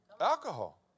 alcohol